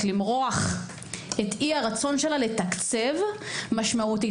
למרוח את אי הרצון שלה לתקצב משמעותית.